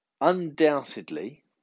undoubtedly